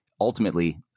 ultimately